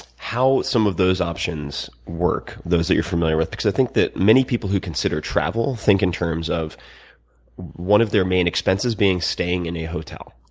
how some of those options work, those that you're familiar with, because i think that many people who consider travel, think in terms of one of their main expenses being staying in a hotel,